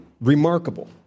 remarkable